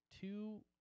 two